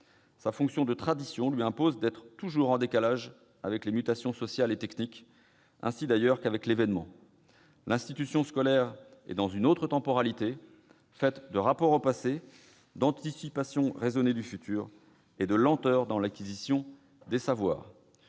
Sa fonction de tradition lui impose d'être toujours en décalage avec les mutations sociales et techniques, ainsi d'ailleurs qu'avec l'événement [...]. L'institution scolaire est dans une autre temporalité, faite de rapport au passé, d'anticipation raisonnée du futur, et de lenteur dans l'acquisition des savoirs.